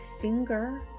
finger